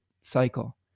cycle